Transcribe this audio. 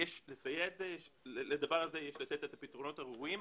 לתת את הפתרונות הראויים.